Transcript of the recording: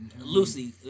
Lucy